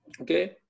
Okay